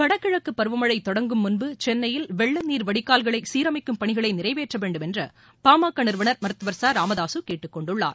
வடகிழக்கு பருவமழை தொடங்கும் முன்பு சென்னையில் வெள்ள நீர் வடிகால்களை சீரமைக்கும் பணிகளை நிறைவேற்ற வேண்டும் என்று பாமக நிறுவனர் மருத்துவர் ச ராமதாசு கேட்டுக்கொண்டுள்ளார்